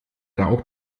rauch